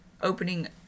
opening